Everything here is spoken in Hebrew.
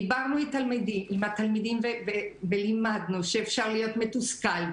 דיברנו עם התלמידים ולימדנו שאפשר להיות מתוסכל,